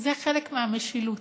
זה חלק מהמשילות,